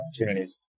opportunities